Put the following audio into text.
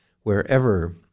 wherever